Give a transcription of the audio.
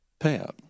payout